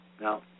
Now